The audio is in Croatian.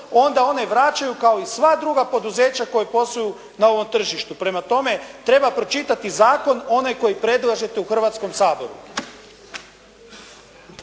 onda one vraćaju kao i sva druga poduzeća koja posluju na ovom tržištu. Prema tome treba pročitati zakon onaj koji predlažete u Hrvatskom saboru.